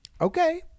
Okay